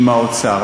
עם האוצר.